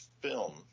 film